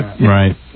Right